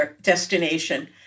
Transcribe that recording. destination